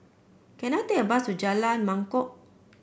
can I take a bus to Jalan Mangkok